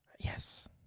Yes